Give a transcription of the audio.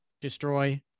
Destroy